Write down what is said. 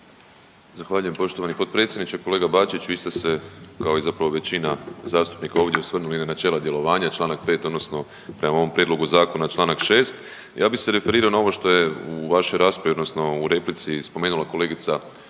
Zahvaljujem poštovani potpredsjedniče. Kolega Bačić, vi ste se kao i zapravo većina zastupnika ovdje osvrnuli na načela djelovanja čl. 5. odnosno prema ovom prijedlogu zakona čl. 6.. Ja bi se referirao na ovo što je u vašoj raspravi odnosno u replici spomenula kolegica